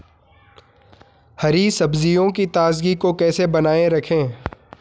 हरी सब्जियों की ताजगी को कैसे बनाये रखें?